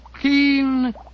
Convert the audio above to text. keen